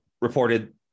reported